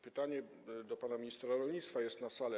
Pytanie do pana ministra rolnictwa - jest na sali.